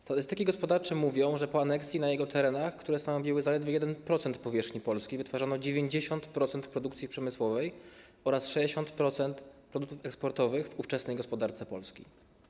Statystyki gospodarcze mówią, że po aneksji na jego terenach, które stanowiły zaledwie 1% powierzchni Polski, wytwarzano 90% produkcji przemysłowej oraz 60% produktów eksportowych w ówczesnej gospodarce Polski.